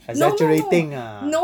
exaggerating ah